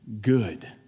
good